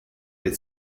del